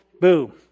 boom